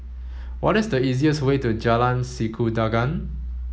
what is the easiest way to Jalan Sikudangan